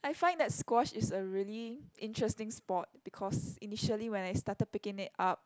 I find that squash is a really interesting sport because initially when I started picking it up